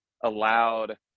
allowed